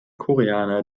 koreaner